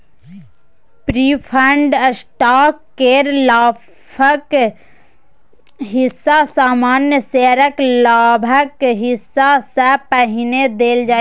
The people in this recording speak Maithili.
प्रिफर्ड स्टॉक केर लाभक हिस्सा सामान्य शेयरक लाभक हिस्सा सँ पहिने देल जाइ छै